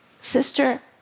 Sister